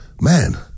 Man